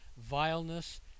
vileness